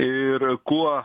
ir kuo